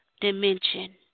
dimension